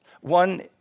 One